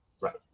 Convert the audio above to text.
Right